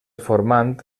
formant